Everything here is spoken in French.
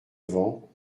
vents